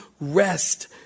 rest